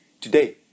Today